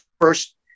first